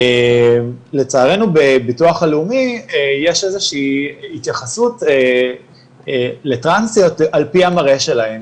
לצערנו בביטוח הלאומי יש איזו שהיא התייחסות לטרנסיות על פי המראה שלהם,